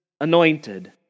anointed